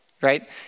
right